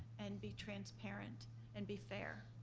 and be transparent and be fair,